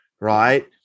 right